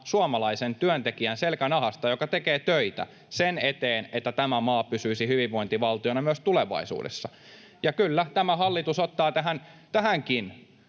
suomalaisen työntekijän selkänahasta, joka tekee töitä sen eteen, että tämä maa pysyisi hyvinvointivaltiona myös tulevaisuudessa. Ja kyllä, tämä hallitus ottaa tähänkin